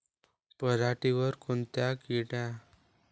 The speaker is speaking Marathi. पऱ्हाटीवर कोनत्या किड्यापाई पानाचे काठं पिवळसर होऊन ते लालसर पडाले लागते?